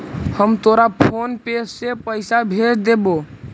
हम तोरा फोन पे से पईसा भेज देबो